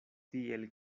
tiel